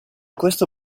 questo